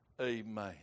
amen